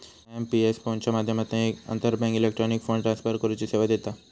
IMPS फोनच्या माध्यमातना एक आंतरबँक इलेक्ट्रॉनिक फंड ट्रांसफर करुची सेवा देता